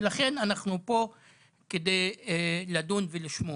ולכן אנחנו פה כדי לדון ולשמוע.